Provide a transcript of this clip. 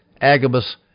Agabus